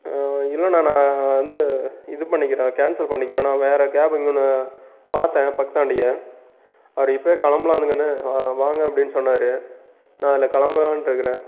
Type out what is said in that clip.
இல்லைணா நான் வந்து இது பண்ணிக்கிறேன் கேன்சல் பண்ணிக்கிறேன் நான் வேற கேபு இங்கன பார்த்தன் பக்கதாண்டியே அவர் இப்பவே கிளம்பலாம்ங்கன்னு வாங்க அப்படின்னு சொன்னார் நான் அதில் கிளம்பலானுருக்கறேன்